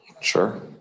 Sure